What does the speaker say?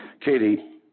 Katie